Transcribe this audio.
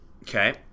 Okay